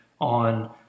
on